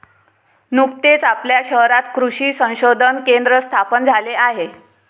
नुकतेच आपल्या शहरात कृषी संशोधन केंद्र स्थापन झाले आहे